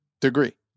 degree